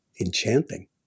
enchanting